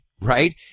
right